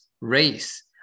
race